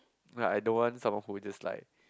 like I don't want someone who just like